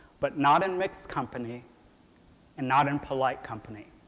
but not in mixed company and not in polite company.